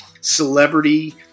celebrity